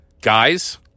Guys